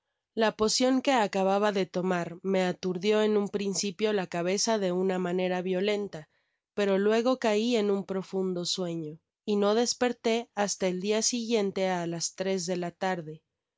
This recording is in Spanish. la pocion que acababa de tomar me aturdio en un principio la cabeza de una manera violenta pero luego cai en un profundo sueño y no desperté hasta el dia siguiente á las tres de la tarde